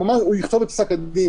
והוא יכתוב את פסק הדין.